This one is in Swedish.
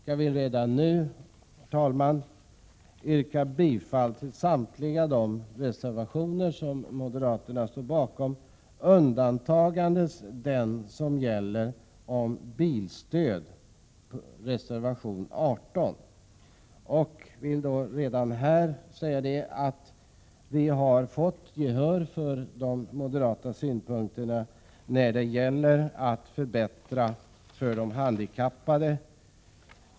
Jag vill redan nu yrka bifall till samtliga de reservationer som moderaterna står bakom med undantag för den som gäller bilstödet, nämligen reservation 18. Vi har fått gehör för de moderata synpunkterna när det gäller att förbättra stödet till de handikappade.